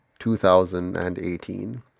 2018